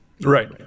Right